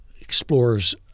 explores